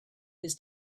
his